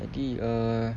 jadi uh